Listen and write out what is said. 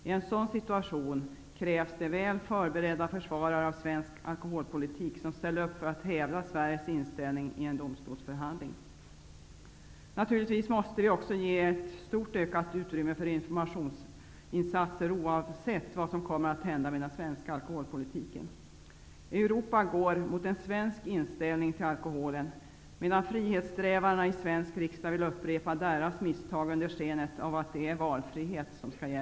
I en sådan situation krävs det väl förberedda försvarare av svensk alkoholpolitik, som ställer upp för att hävda Sveriges inställning i en domstolsförhandling. Naturligtvis måste vi också ge ett ökat utrymme för informationsinsatser, oavsett vad som kommer att hända med den svenska alkoholpolitiken. Europa närmar sig en svensk inställning till alkoholen, medan frihetssträvarna i svensk riksdag vill upprepa EG-ländernas misstag under skenet av det är valfrihet som skall råda.